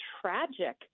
tragic